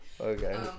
Okay